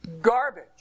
Garbage